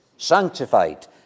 sanctified